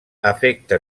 afecta